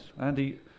Andy